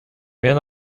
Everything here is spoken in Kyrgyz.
мен